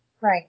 Right